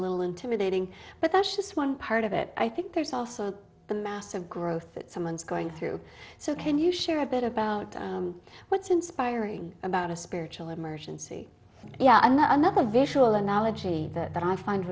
little intimidating but that's just one part of it i think there's also the massive growth that someone's going through so can you share a bit about what's inspiring about a spiritual emergency yeah and another visual analogy that i find